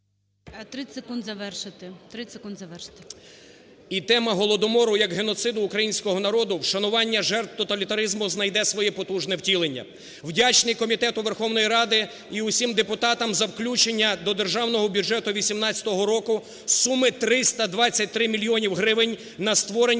30 секунд завершити. НИЩУК Є.М. І тема Голодомору як геноциду українського народу, вшанування жертв тоталітаризму знайде своє потужне втілення. Вдячний комітету Верховної Ради і всім депутатам за включення до державного бюджету 18 року суми 323 мільйонів гривень на створення